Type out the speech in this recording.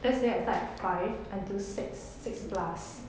let's say I start at five until six six plus